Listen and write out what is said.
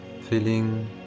feeling